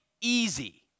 easy